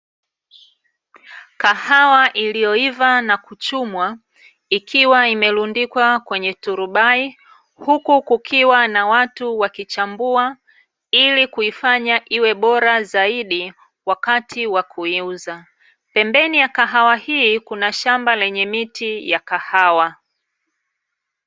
Kahawa iliyoiva na kuchumwa ikiwa imelundikwa kwenye turubai, huku kukiwa na watu wakichambua ili kuifanya iwe bora zaidi wakati wa kuiuza. Pembeni ya kahawa hii kuna shamba lenye miti ya kahawa.